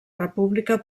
república